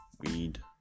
weed